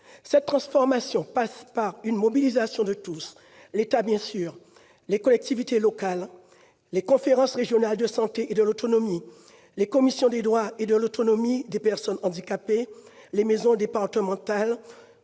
Cette transformation passe par une mobilisation de tous : l'État bien sûr, les collectivités locales, les conférences régionales de santé et de l'autonomie, les commissions des droits et de l'autonomie des personnes handicapées, les maisons départementales